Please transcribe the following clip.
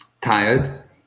tired